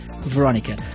Veronica